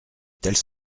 telles